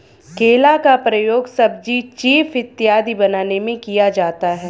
केला का प्रयोग सब्जी चीफ इत्यादि बनाने में किया जाता है